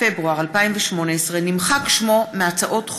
פורר, מכלוף מיקי זוהר,